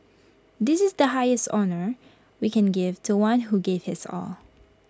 this is the highest honour we can give to one who gave his all